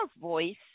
voice